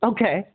Okay